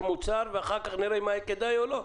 מוצר ואחר-כך נראה אם היה כדאי או לא?